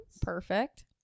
Perfect